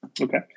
Okay